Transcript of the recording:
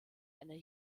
einer